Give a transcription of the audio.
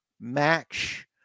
Match